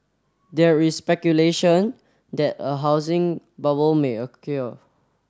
there is speculation that a housing bubble may occur